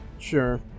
sure